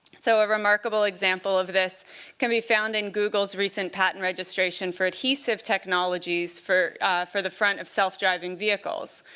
so a remarkable example of this can be found in google's recent patent registration for adhesive technologies for for the front of self-driving vehicles.